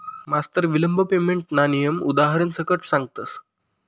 मास्तर विलंब पेमेंटना नियम उदारण सकट सांगतस